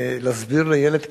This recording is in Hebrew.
להסביר לילד קטן,